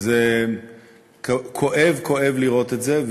זה כואב כואב לראות את זה,